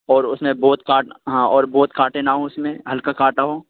اور اس میں بہت کاٹ ہاں اور بہت کانٹے نہ ہوں اس میں ہلکا کانٹا ہو